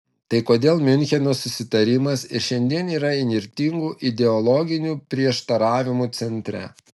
tai kodėl miuncheno susitarimas ir šiandien yra įnirtingų ideologinių prieštaravimų centre